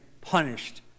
punished